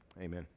Amen